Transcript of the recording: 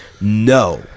No